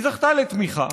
היא זכתה לתמיכה,